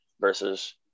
versus